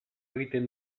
egiten